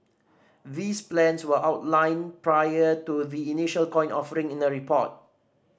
these plans were outlined prior to the initial coin offering in a report